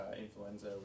influenza